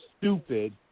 stupid